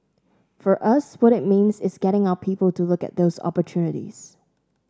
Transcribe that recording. for us what it means is getting our people to look at those opportunities